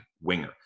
winger